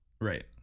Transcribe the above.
Right